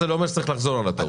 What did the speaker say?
זה לא אומר שצריך לחזור עליה.